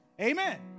amen